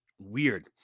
weird